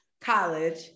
college